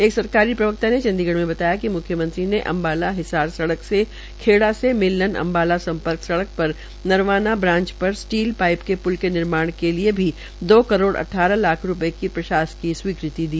एक सरकारी प्रवक्ता ने चंडीगढ़ में बताया कि म्ख्यमंत्री ने अम्बाला हिसार सड़क से खेडा से मेल्लन अम्बाला सम्पर्क सड़क पर नरवाना ब्रांच पर स्टील पाइप के प्ल का निर्माण के लिए दो करोड़ अद्वारह लाख रूपये की प्रशासकीय स्वीकृति भी दे दी